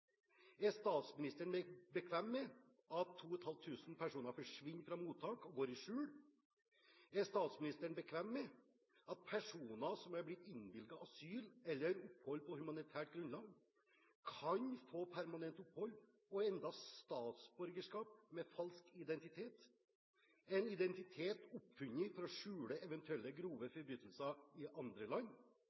Er statsministeren bekvem med at 2 500 personer forsvinner fra mottak og holder seg i skjul? Er statsministeren bekvem med at personer som er blitt innvilget asyl eller opphold på humanitært grunnlag, kan få permanent opphold og endog statsborgerskap under falsk identitet, en identitet oppfunnet for å skjule eventuelle grove forbrytelser i andre land?